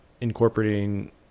incorporating